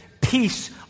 peace